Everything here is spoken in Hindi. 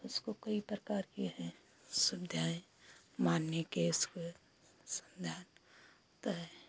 उसको कई प्रकार की है सुविधाएँ मारने के उसको